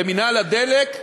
למינהל הדלק,